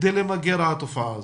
כדי למגר את התופעה הזו.